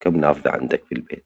كام نافذة عندك في البيت؟